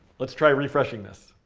let's try refreshing this.